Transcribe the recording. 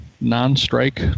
non-strike